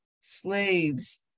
Slaves